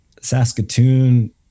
Saskatoon